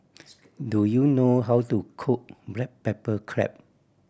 do you know how to cook black pepper crab